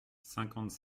cinquante